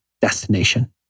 destination